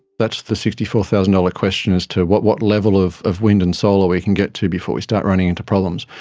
but the sixty four thousand dollars ah question as to what what level of of wind and solar we can get to before we start running into problems.